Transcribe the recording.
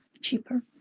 cheaper